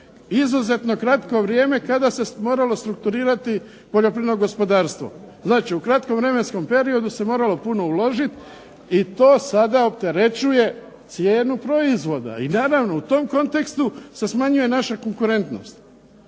izlazak na kratko vrijeme kada se moralo strukturirati poljoprivredno gospodarstvo. Znači u kratkom vremenskom periodu se moralo puno uložiti i to sada opterećuje cijenu proizvoda i naravno u tom kontekstu se smanjuje naša konkurentnost,